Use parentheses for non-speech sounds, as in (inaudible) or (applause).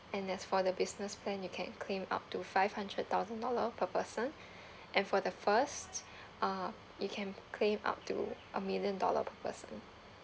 and as for the business plan you can claim up to five hundred thousand dollar per person (breath) and for the first uh you can claim up to a million dollar per person